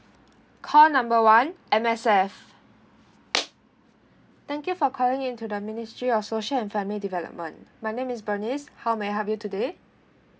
call number one M_S_F thank you for calling into the ministry of social and family development my name is bernice how may I help you today